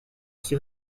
qui